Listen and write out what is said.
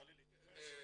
אני רוצה להתייחס.